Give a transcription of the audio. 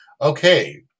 okay